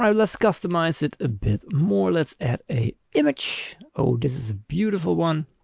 um let's customize it a bit more. let's add a image. oh, this is a beautiful one.